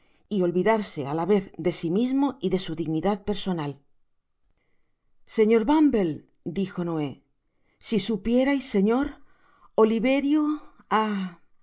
y olvidarse á la vez de si mismo y de su dignidad personal señor bumble dijo noé si supierais señor oliverio